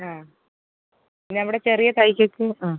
ആ പിന്നെ അവിടെ ചെറിയ തൈക്ക് ഒക്കെ അ